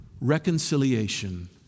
Reconciliation